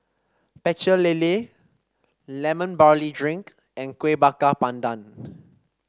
Pecel Lele Lemon Barley Drink and Kueh Bakar Pandan